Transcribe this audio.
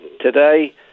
Today